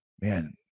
man